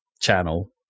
channel